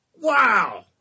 Wow